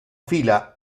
fila